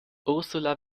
ursula